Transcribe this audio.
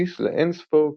בסיס לאינספור קונפליקטים,